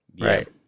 right